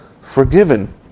forgiven